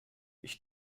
ich